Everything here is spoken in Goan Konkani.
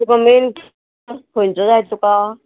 तुका मेन खंयचो जाय तुका